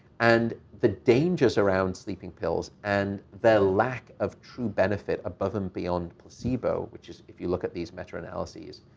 and the danger surround sleeping pills and their lack of true benefit above and beyond placebo, which is, if you look at these meta analyses,